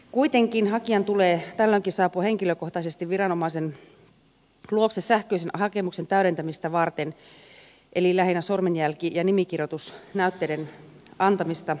kuitenkin hakijan tulee tällöinkin saapua henkilökohtaisesti viranomaisen luokse sähköisen hakemuksen täydentämistä varten eli lähinnä sormenjälki ja nimikirjoitusnäytteiden antamista varten